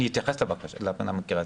אני אתייחס למקרה הזה.